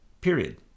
period